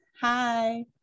hi